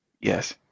Yes